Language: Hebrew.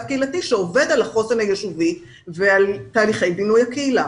קהילתי שעובד על החוסן היישובי ועל תהליכי בינוי הקהילה.